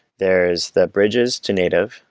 there's the bridges to native,